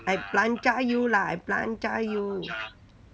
I blanjah you lah I blanjah you